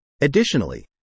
Additionally